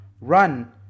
run